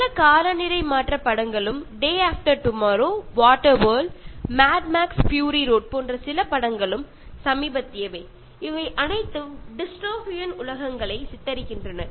பல காலநிலை மாற்றப் படங்களும் day after tomorrow water world mad max fury road Day After Tomorrow Water World Mad Max Fury Road போன்ற சில படங்களும் சமீபத்தியவை அவை அனைத்தும் டிஸ்டோபியன் உலகங்களை சித்தரிக்கின்றன